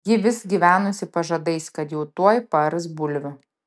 ji vis gyvenusi pažadais kad jau tuoj paars bulvių